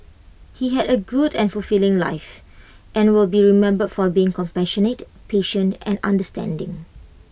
he had A very good and fulfilling life and will be remembered for being compassionate patient and understanding